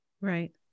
Right